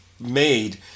made